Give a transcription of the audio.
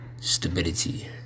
stability